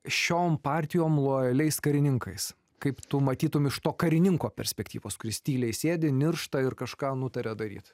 šiom partijom lojaliais karininkais kaip tu matytum iš to karininko perspektyvos kuris tyliai sėdi niršta ir kažką nutaria daryt